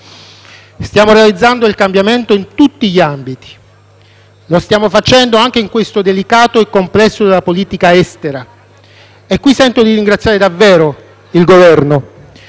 Stiamo realizzando il cambiamento in tutti gli ambiti. Lo stiamo facendo anche in questo ambito, delicato e complesso, della politica estera. E qui sento di ringraziare davvero il Governo.